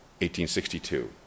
1862